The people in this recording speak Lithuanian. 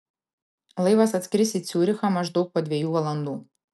laivas atskris į ciurichą maždaug po dviejų valandų